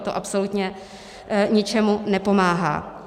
To absolutně ničemu nepomáhá.